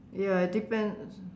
ya it depend